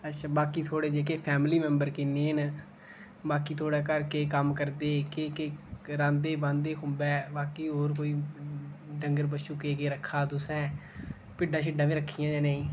बाकी थुआढ़े जेह्के फैमिली मेंबर किन्ने न बाकी थुआढ़े घर केह् केह् कम्म करदे केह् रांह्दे बांह्दे खुंबे बाकी होर कोई डंगर बच्छु केह् केह् रक्खे दा तुसें भिड्डां बी रक्खी दियां जां नेईं